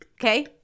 Okay